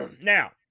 Now